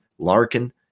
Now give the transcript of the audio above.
Larkin